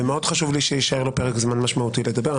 ומאוד חשוב לי שיישאר לו פרק זמן משמעותי לדבר.